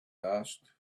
asked